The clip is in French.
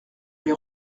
l’ai